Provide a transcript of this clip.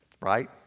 Right